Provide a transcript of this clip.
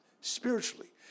spiritually